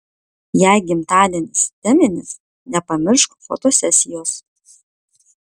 jei gimtadienis teminis nepamiršk fotosesijos